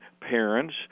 parents